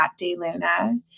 Dayluna